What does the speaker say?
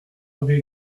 avait